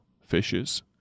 fishes